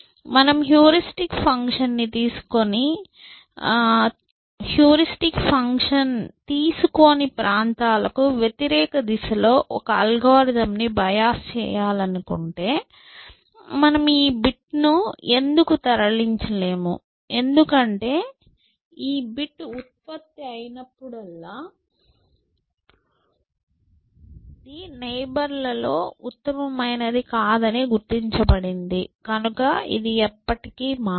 మనం హ్యూరిస్టిక్ ఫంక్షన్ని తీసుకోని ప్రాంతాలకు వ్యతిరేఖ దిశలో ఒక అల్గోరిథం ను బయోస్ చేయాలనుకుంటే మీరు ఈ బిట్ను ఎందుకు తరలించలేదు ఎందుకంటే ఈ బిట్ ఉత్పత్తి అయినప్పుడల్లా ఇది నైబర్లలో ఉత్తమమైనది కాదని గుర్తించబడింది కనుక ఇది ఎప్పటికీ మారదు